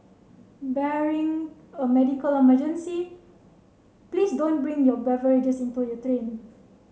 barring a medical emergency please don't bring your beverages into your train